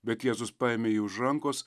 bet jėzus paėmė jį už rankos